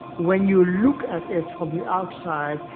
when you look at it from the outside,